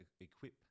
Equip